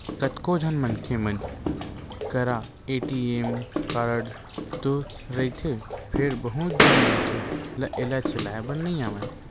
कतको झन मनखे मन करा ए.टी.एम कारड तो रहिथे फेर बहुत झन मनखे ल एला चलाए बर नइ आवय